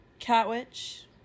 Catwitch